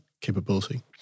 capability